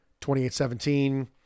28-17